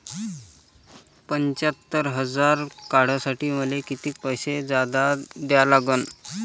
पंच्यात्तर हजार काढासाठी मले कितीक पैसे जादा द्या लागन?